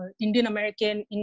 Indian-American